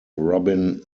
robin